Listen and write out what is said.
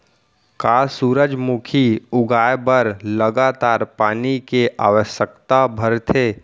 का सूरजमुखी उगाए बर लगातार पानी के आवश्यकता भरथे?